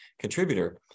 contributor